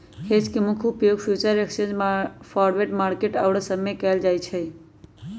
hedge के मुख्य उपयोग फ्यूचर एक्सचेंज, फॉरवर्ड मार्केट आउरो सब में कएल जाइ छइ